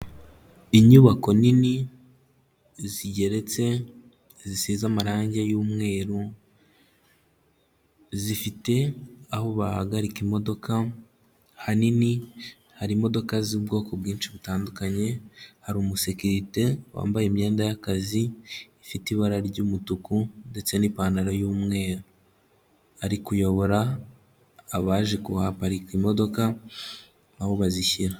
Inyubako nini zigeretse, zisize amarangi y'umweru, zifite aho bahagarika imodoka hanini, hari imodoka z'ubwoko bwinshi butandukanye, hari umusekirite wambaye imyenda y'akazi ifite ibara ry'umutuku ndetse n'ipantaro y'umweru, ari kuyobora abaje kuhaparika imodoka aho bazishyira.